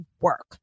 work